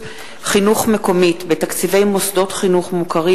ביטול האיסור בדבר הפעלה עצמית של שירותי המים והביוב),